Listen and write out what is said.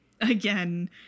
again